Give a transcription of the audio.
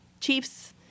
chiefs